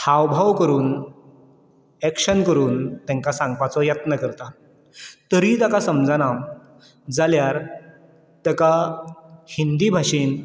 हावभाव करून एक्शन करून तांकां सांगपाचो यत्न करता तरी ताका समजना जाल्यार ताका हिंदी भाशेन